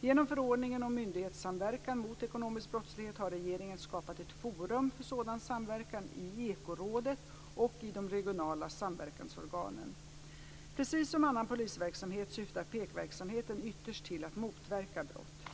Genom förordningen om myndighetssamverkan mot ekonomisk brottslighet har regeringen skapat ett forum för sådan samverkan i Ekorådet och i de regionala samverkansorganen. Precis som annan polisverksamhet syftar PEK verksamheten ytterst till att motverka brott.